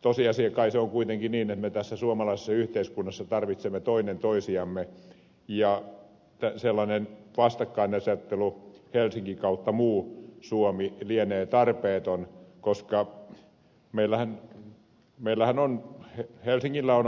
tosiasia kai se on kuitenkin niin että me tässä suomalaisessa yhteiskunnassa tarvitsemme toinen toisiamme ja sellainen vastakkainasettelu helsinki muu suomi lienee tarpeeton koska helsingillä on